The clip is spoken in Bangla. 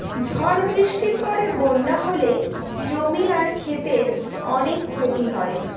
ঝড় বৃষ্টির পরে বন্যা হলে জমি আর ক্ষেতের অনেক ক্ষতি হয়